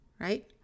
right